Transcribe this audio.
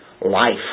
Life